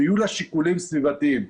שיהיו לה שיקולים סביבתיים.